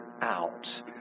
out